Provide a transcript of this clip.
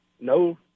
no-